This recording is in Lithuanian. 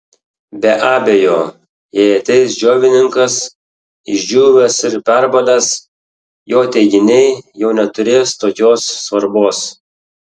be abejo jei ateis džiovininkas išdžiūvęs ir perbalęs jo teiginiai jau neturės tokios svarbos